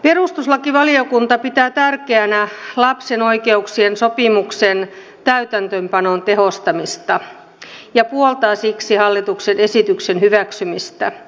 perustuslakivaliokunta pitää tärkeänä lapsen oikeuksien sopimuksen täytäntöönpanon tehostamista ja puoltaa siksi hallituksen esityksen hyväksymistä